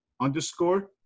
underscore